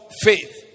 faith